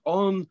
on